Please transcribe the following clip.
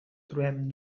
trobem